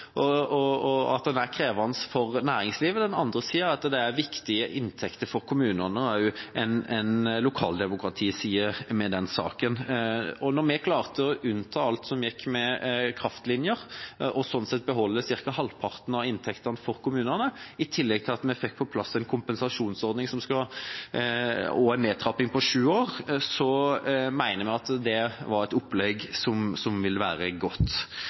er uforutsigbarhet og at den er krevende for næringslivet, den andre at det er viktige inntekter for kommunene, og det er også en lokaldemokratiside ved den saken. Når vi klarte å unnta alt som gikk med kraftlinjer, og sånn sett beholder ca. halvparten av inntektene for kommunene, i tillegg til at vi fikk på plass en kompensasjonsordning og en nedtrapping på sju år, mener vi at det var et opplegg som vil være godt.